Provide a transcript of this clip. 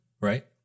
Right